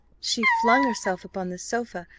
she flung herself upon the sofa,